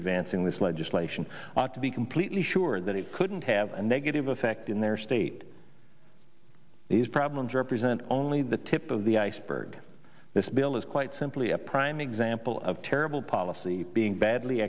advancing this legislation ought to be completely sure that it couldn't have a negative effect in their state these problems represent only the tip of the iceberg this bill is quite simply a prime example of terrible policy being badly